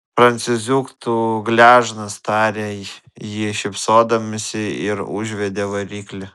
prancūziuk tu gležnas tarė ji šypsodamasi ir užvedė variklį